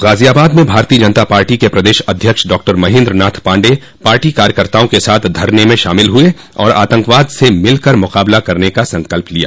गाजियाबाद में भारतीय जनता पार्टी के प्रदेश अध्यक्ष डॉक्टर महेन्द्र नाथ पाण्डेय पार्टी कार्यकर्ताओं के साथ धरने में शामिल हुये और आतंकवाद से मिलकर मुकाबला करने का संकल्प लिया